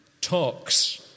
talks